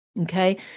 Okay